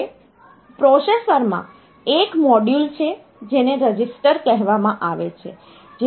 હવે પ્રોસેસર્સમાં એક મોડ્યુલ છે જેને રજિસ્ટર કહેવામાં આવે છે